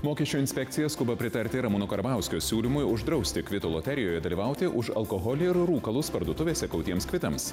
mokesčių inspekcija skuba pritarti ramūno karbauskio siūlymui uždrausti kvitų loterijoje dalyvauti už alkoholį rūkalus parduotuvėse gautiems kvitams